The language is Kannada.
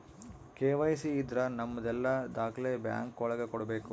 ಕೆ.ವೈ.ಸಿ ಇದ್ರ ನಮದೆಲ್ಲ ದಾಖ್ಲೆ ಬ್ಯಾಂಕ್ ಒಳಗ ಕೊಡ್ಬೇಕು